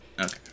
Okay